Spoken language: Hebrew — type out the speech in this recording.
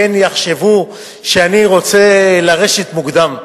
פן יחשבו שאני רוצה לרשת מוקדם.